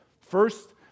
First